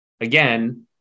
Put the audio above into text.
again